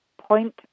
point